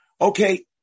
Okay